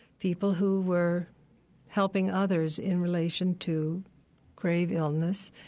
people who were helping others in relation to grave illness,